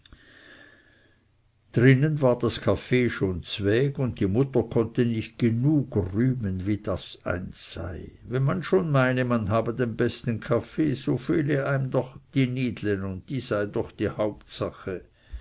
drinnen war das kaffee schon zweg und die mutter konnte nicht genug rühmen wie das eins sei wenn man schon meine man habe den besten kaffee so fehle eim doch die nidle und die sei doch die hauptsache